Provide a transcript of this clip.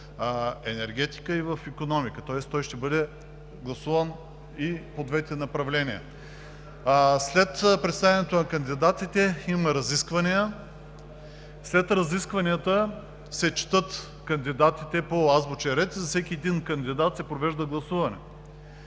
енергетика и в икономика, тоест той ще бъде гласуван и по двете направления. След представянето на кандидатите има разисквания. След разискванията се четат кандидатите по азбучен ред и за всеки един кандидат се провежда гласуване.